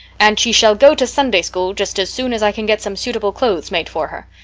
and she shall go to sunday-school just as soon as i can get some suitable clothes made for her.